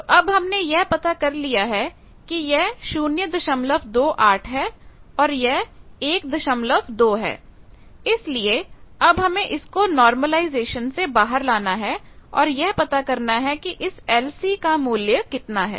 तो अब हमने यह पता कर लिया है कि यह 028 है और यह 12 है इसलिए अब हमें इसको नार्मलायीज़ेशन से बाहर लाना है और यह पता करना है कि इस LC का मूल्य कितना है